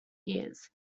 years